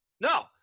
No